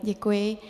Děkuji.